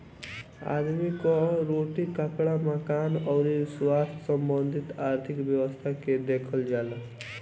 आदमी कअ रोटी, कपड़ा, मकान अउरी स्वास्थ्य संबंधी आर्थिक व्यवस्था के देखल जाला